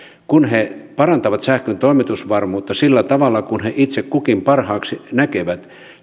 kun he parantavat sähkön toimitusvarmuutta sillä tavalla kuin he itse kukin parhaaksi näkevät